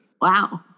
wow